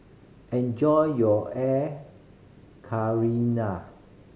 enjoy your air